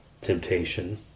temptation